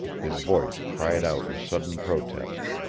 his voice cried out in sudden protest.